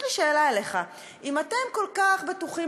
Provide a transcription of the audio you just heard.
יש לי שאלה אליך: אם אתם כל כך בטוחים